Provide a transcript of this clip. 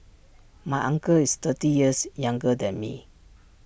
my uncle is thirty years younger than me